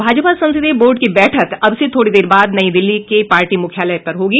भाजपा संसदीय बोर्ड की बैठक अब से थोड़ी देर बाद नई दिल्ली के पार्टी मुख्यालय में होगी